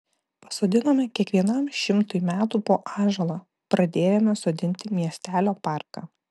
pasodinome kiekvienam šimtui metų po ąžuolą pradėjome sodinti miestelio parką